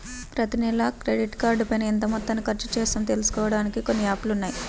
ప్రతినెలా క్రెడిట్ కార్డుపైన ఎంత మొత్తాన్ని ఖర్చుచేశామో తెలుసుకోడానికి కొన్ని యాప్ లు ఉన్నాయి